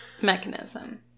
mechanism